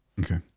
Okay